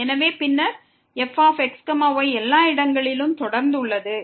எனவே பின்னர் fx y எல்லா இடங்களிலும் தொடர்ந்து உள்ளது